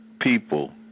people